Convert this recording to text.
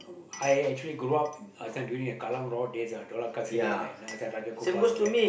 I actually grow up uh this one doing the Kallang-Rawr days ah Dollah-Kassim and Hassan Raja-Gopal and all that